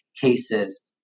Cases